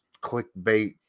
clickbait